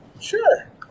Sure